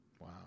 Wow